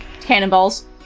cannonballs